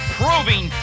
proving